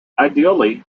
ideally